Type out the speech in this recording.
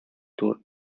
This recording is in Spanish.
tour